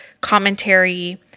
commentary